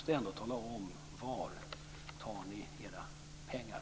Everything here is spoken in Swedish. Ni måste tala om var ni tar era pengar.